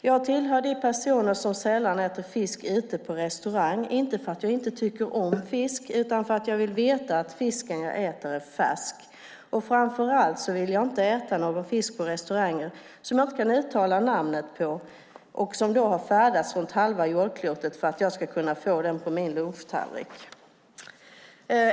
Jag tillhör de personer som sällan äter fisk ute på restaurang, inte för att jag inte tycker om fisk utan för att jag vill veta att fisken jag äter är färsk. Framför allt vill jag inte äta någon fisk på restaurang som jag inte kan uttala namnet på och som har färdats runt halva jordklotet för att jag ska få den på min lunchtallrik.